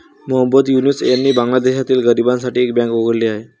मोहम्मद युनूस यांनी बांगलादेशातील गरिबांसाठी बँक उघडली आहे